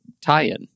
tie-in